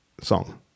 song